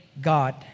God